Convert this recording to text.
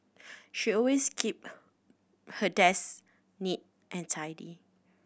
she always keep her desk neat and tidy